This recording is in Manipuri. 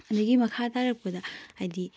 ꯑꯗꯨꯗꯒꯤ ꯃꯈꯥ ꯇꯥꯔꯛꯄꯗ ꯍꯥꯏꯕꯗꯤ